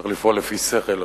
צריך לפעול לפי שכל,